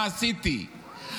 מה עשיתי,